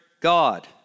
God